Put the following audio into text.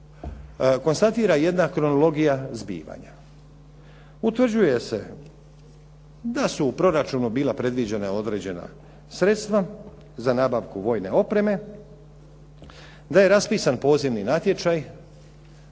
konstatira jedna kronologija zbivanja. Utvrđuje se da su u proračunu bila predviđena određena sredstva za nabavku vojne opreme, da je raspisan pozivni natječaj